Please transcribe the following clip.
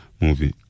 movie